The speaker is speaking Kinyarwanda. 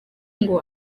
ngo